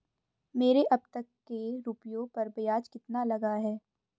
मेरे अब तक के रुपयों पर ब्याज कितना लगा है?